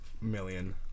million